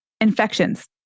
Infections